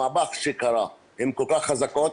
המהפך שקרה, הן כל כך חזקות.